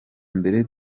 mbere